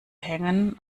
hängen